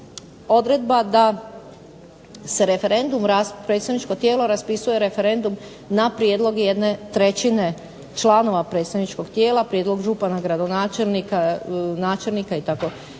odredba da se referendum, predstavničko tijelo raspisuje referendum na prijedlog jedne trećine članova predstavničkog tijela, prijedlog župana, gradonačelnika,